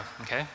okay